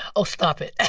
oh, stop it.